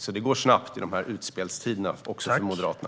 Det går alltså snabbt i de här utspelstiderna, också för Moderaterna.